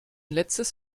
letztes